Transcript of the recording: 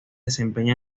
desempeña